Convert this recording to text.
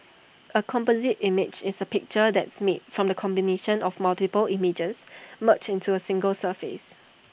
A composite image is A picture that's made from the combination of multiple images merged into A single surface